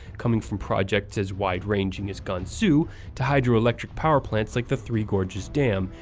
coming from projects as wide-ranging as gansu to hydroelectric power plants like the three gorges dam,